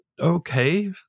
Okay